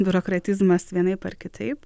biurokratizmas vienaip ar kitaip